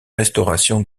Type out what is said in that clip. restauration